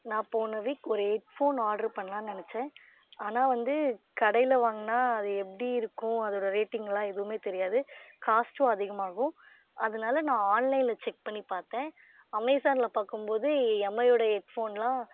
நான் போன வீக் ஒரு ஹெட்போன் ஆர்டர் பண்ணலான் நினச்சேன் ஆனால் வந்து கடையில் வாங்கினா அது எப்படி இருக்கும் அதோடய ரேட்டிங்லாம் எதுவுமே தெரியாது காஸ்டும் அதிகமாகும் அதனால் நான் ஆன்லைனில் செக் பண்ணி பார்த்தேன் அமேசானில் பார்க்கும்போது எம்ஐயோடய ஹெட்போன்லாம்